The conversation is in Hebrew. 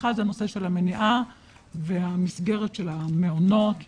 האחד, זה נושא המניעה והמסגרת של המעונות הפרטיים.